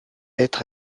être